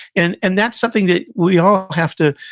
and and that's something that we all have to,